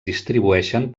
distribueixen